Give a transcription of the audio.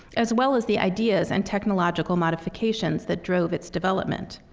as well as the ideas and technological modifications that drove its development.